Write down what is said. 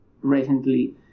recently